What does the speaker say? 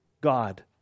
God